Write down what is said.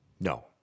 No